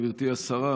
גברתי השרה,